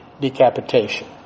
decapitation